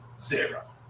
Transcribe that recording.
zero